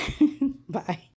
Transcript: Bye